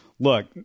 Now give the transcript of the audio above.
Look